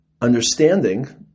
understanding